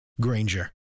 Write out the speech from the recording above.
Granger